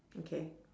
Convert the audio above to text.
okay